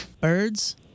Birds